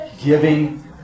giving